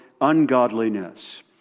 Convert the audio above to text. ungodliness